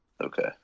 okay